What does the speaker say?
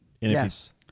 Yes